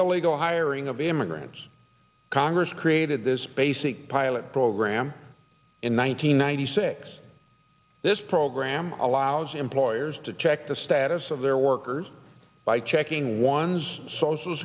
illegal hiring of immigrants congress created this basic pilot program in one thousand nine hundred six this program allows employers to check the status of their workers by checking one's social